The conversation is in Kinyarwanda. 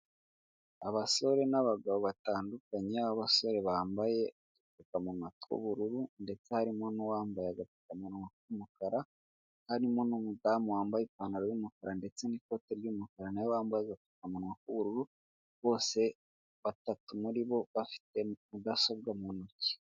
Abasore n'abagabo batandukanye aho abasore bambaye udupfumunwa tw'ubururu ndetse harimo n'uwambaye agapfukamuwa k'umukara, harimo n'umudamu wambaye ipantaro y'umukara ndetse n'ikoti ry'umukara, nawe wambaye agapfukamuwa k'ubururu bose batatu muri bo bafite mudasobwa mu ntoki.